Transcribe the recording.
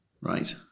right